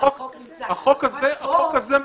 החוק הזה -- פה,